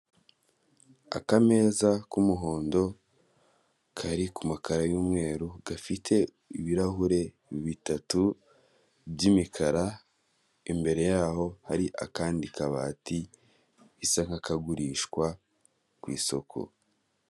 Akameza k'umuhondo kari ku makaro y'umweru gafite ibirahure bitatu by'imikara imbere yaho hari akandi kabati isa nka kagurishwa ku isoko.